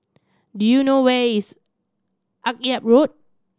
do you know where is Akyab Road